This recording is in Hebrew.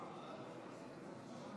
ברכות לשרים החדשים.